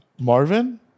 Marvin